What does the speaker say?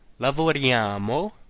lavoriamo